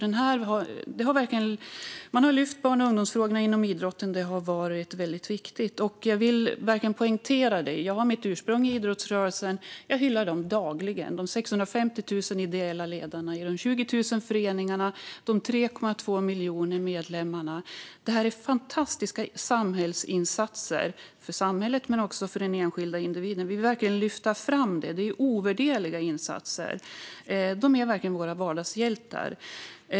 Man har alltså lyft fram barn och ungdomsfrågorna inom idrotten, och det har varit mycket viktigt. Jag vill verkligen poängtera det. Jag har ett ursprung i idrottsrörelsen, och jag hyllar den dagligen - de 650 000 ideella ledarna i de 20 000 föreningarna och de 3,2 miljoner medlemmarna. Detta är fantastiska insatser för samhället men också för den enskilda individen. Jag vill verkligen lyfta fram detta. Det är ovärderliga insatser. Dessa människor är verkligen våra vardagshjältar.